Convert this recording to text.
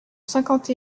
cinquante